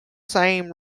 same